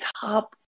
top